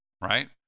right